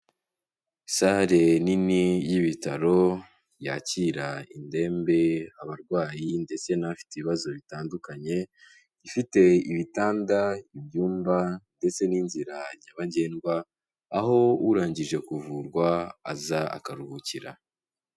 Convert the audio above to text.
Sale nini y'ibitaro, yakira indembe, abarwayi ndetse n'abafite ibibazo bitandukanye, ifite ibitanda, ibyumba ndetse n'inzira nyabagendwa, aho urangije kuvurwa aza akaruhukira.